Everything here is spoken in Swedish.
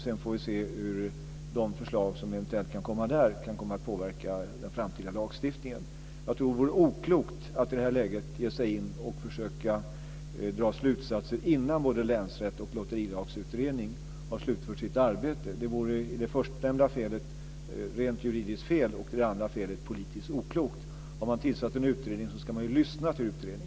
Sedan får vi se hur de förslag som eventuellt kan komma därifrån kan komma att påverka den framtida lagstiftningen. Jag tror att det vore oklokt att i det här läget ge sig in och försöka dra slutsatser, innan både länsrätt och lotterilagsutredning har slutfört sitt arbete. Det första felet skulle vara rent juridiskt och det andra felet skulle vara att det är politiskt oklokt. Har man tillsatt en utredning ska man lyssna till den.